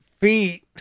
feet